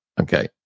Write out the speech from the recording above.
Okay